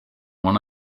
one